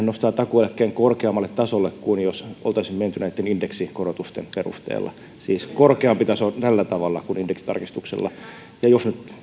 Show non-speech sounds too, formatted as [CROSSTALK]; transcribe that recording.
[UNINTELLIGIBLE] nostavat takuueläkkeen korkeammalle tasolle kuin jos oltaisiin menty näitten indeksikorotusten perusteella siis korkeampi taso tällä tavalla kuin indeksitarkistuksella ja jos nyt